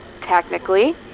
Technically